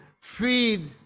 feed